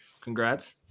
congrats